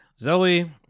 Zoe